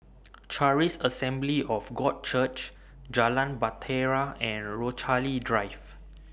Charis Assembly of God Church Jalan Bahtera and Rochalie Drive